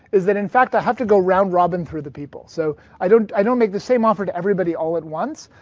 is that in fact i have to go round robin through the people. so i don't i don't make the same offer to everybody all at once,